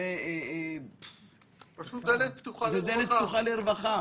-- פשוט דלת פתוחה לרווחה.